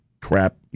crap